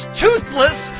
toothless